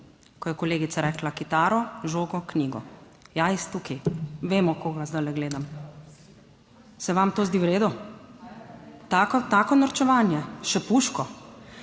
ko je kolegica rekla, kitaro, žogo, knjigo. Ja, iz tukaj, vemo koga zdajle gledam. Se vam to zdi v redu? Tako, tako norčevanje. Še puško?